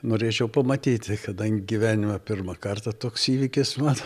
norėčiau pamatyti kadangi gyvenime pirmą kartą toks įvykis man